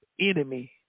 enemy